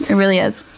really is.